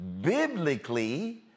biblically